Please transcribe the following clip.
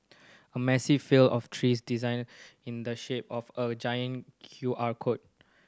a massive field of trees designed in the shape of a giant Q R code